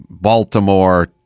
Baltimore